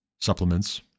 supplements